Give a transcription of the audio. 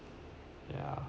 yeah